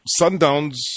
Sundowns